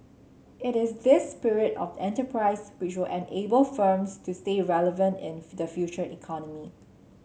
it is this spirit of enterprise which will enable firms to stay relevant in the Future Economy